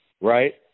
right